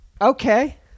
Okay